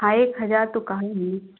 हाँ एक हजार तो कहे नहीं